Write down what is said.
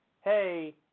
hey